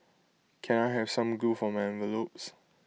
can I have some glue for my envelopes